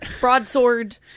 broadsword